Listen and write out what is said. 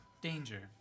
Danger